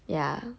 ya